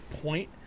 point